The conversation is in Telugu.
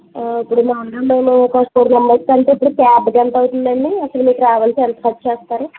ఇప్పుడు నా ఒక ఫోర్ మెంబర్స్ అంటే ఇప్పుడు క్యాబ్కి ఎంత అవుతుందండి అసలు మీ ట్రావెల్స్కి ఎంత ఖర్చు చేస్తారు